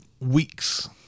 weeks